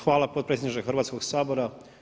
Hvala potpredsjedniče Hrvatskog sabora.